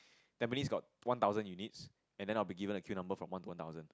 Tampines got one thousand units then I will be given a queue number from one to one thousand